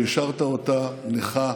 והשארת אותה נכה,